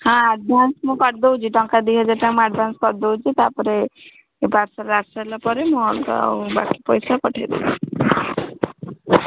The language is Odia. ହଁ ଆଡ଼୍ଭାନ୍ସ୍ ମୁଁ କରି ଦେଉଛି ଟଙ୍କା ଦୁଇ ହଜାର ଟଙ୍କା ମୁଁ ଆଡ଼୍ଭାନ୍ସ୍ କରି ଦେଉଛି ତା'ପରେ ପାର୍ସଲ୍ ଆସି ସାରିଲା ପରେ ମୁଁ ଅଲଗା ବାକି ପଇସା ପଠାଇଦେବି